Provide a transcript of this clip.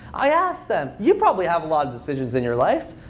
i asked them. you probably have a lot of decisions in your life.